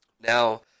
Now